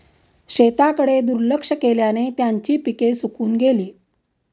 शेताकडे दुर्लक्ष केल्याने त्यांची पिके सुकून गेली